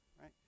right